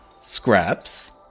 Scraps